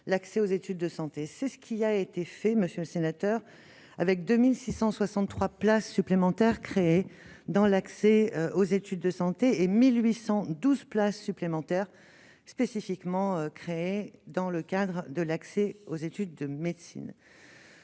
c'est ce qui a été fait, monsieur le sénateur avec 2663 places supplémentaires créés dans l'accès aux études de santé et 1812 places supplémentaires spécifiquement créée dans le cadre de l'accès aux études de médecine,